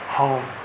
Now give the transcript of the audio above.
home